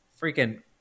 freaking